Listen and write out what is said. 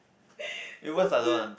so soon